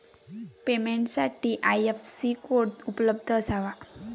पेमेंटसाठी IFSC code उपलब्ध असावा